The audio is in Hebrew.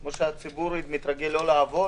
כפי שהציבור מתרגל לא לעבוד,